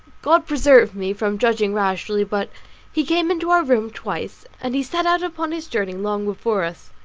god preserve me from judging rashly, but he came into our room twice, and he set out upon his journey long before us.